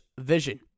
vision